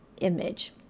image